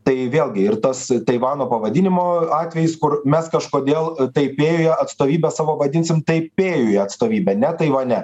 tai vėlgi ir tas taivano pavadinimo atvejis kur mes kažkodėl taipėjuje atstovybę savo vadinsim taipėjuje atstovybe ne taivane